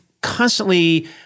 constantly